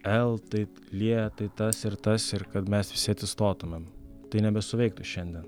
el taip lėtai tas ir tas ir kad mes visi atsistotmėm tai nebesuveiktų šiandien